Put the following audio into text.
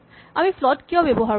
আমি ফ্লট কিয় ব্যৱহাৰ কৰো